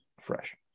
fresh